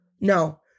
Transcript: no